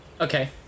Okay